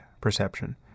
perception